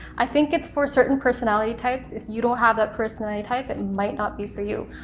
i think it's for certain personality types. if you don't have that personality type, it and might not be for you.